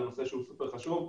שזה נושא שהוא סופר חשוב.